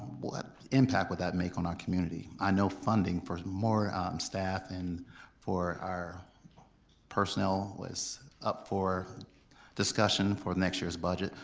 what impact would that make on our community? i know funding for more staff and for our personnel is up for discussion for next year's budget.